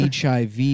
HIV